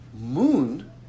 moon